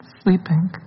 sleeping